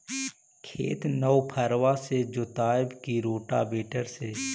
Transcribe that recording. खेत नौफरबा से जोतइबै की रोटावेटर से?